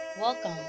welcome